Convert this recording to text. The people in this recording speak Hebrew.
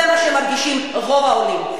זה מה שמרגישים רוב העולים,